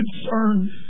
concerned